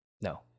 No